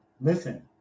Listen